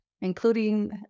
Including